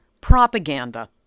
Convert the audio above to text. propaganda